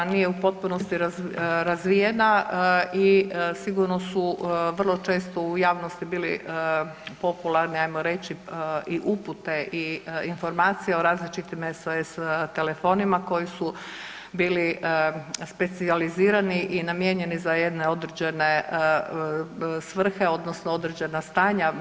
Naravno da nije u potpunosti razvijena i sigurno su vrlo često u javnosti bili popularni hajmo reći i upute i informacije o različitim SOS telefonima koji su bili specijalizirani i namijenjeni za jedne određene svrhe, odnosno određena stanja.